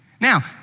Now